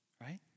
right